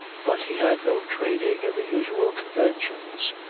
but he had no training in the usual conventions,